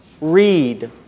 read